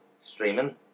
streaming